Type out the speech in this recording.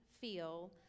feel